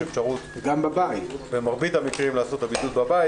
אפשרות במרבית המקרים לעשות בידוד בבית,